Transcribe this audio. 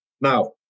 Now